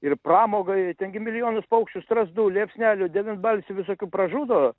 ir pramogai ten gi milijonus paukščių strazdų liepsnelių devynbalsių visokių pražudo